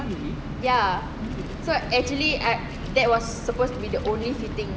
ya so actually I that was supposed to be the only fitting